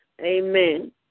Amen